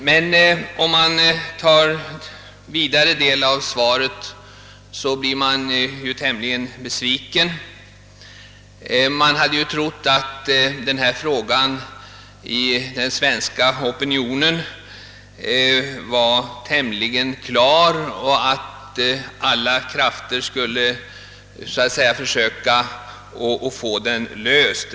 Men om man tar del av svarets fortsättning blir man tämligen besviken. Jag hade ju trott att denna fråga var tämligen klar hos den svenska opinionen och att alla krafter så att säga skulle försöka få den löst.